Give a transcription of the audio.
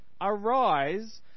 arise